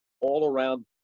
all-around